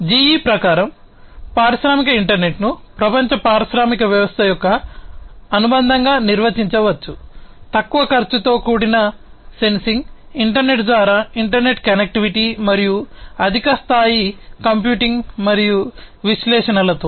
GE ప్రకారం పారిశ్రామిక ఇంటర్నెట్ను ప్రపంచ పారిశ్రామిక వ్యవస్థ యొక్క అనుబంధంగా నిర్వచించవచ్చు తక్కువ ఖర్చుతో కూడిన సెన్సింగ్ ఇంటర్నెట్ ద్వారా ఇంటర్కనెక్టివిటీ మరియు అధిక స్థాయి కంప్యూటింగ్ మరియు విశ్లేషణలతో